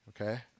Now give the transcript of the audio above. okay